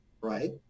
right